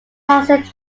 passenger